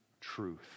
truth